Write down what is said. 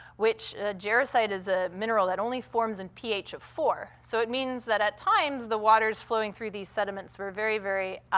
which jarosite is a mineral that only forms in ph of four, so it means that, at times, the waters flowing through these sediments were very, very,